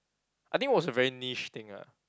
I think it was a very niche thing lah